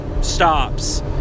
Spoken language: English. stops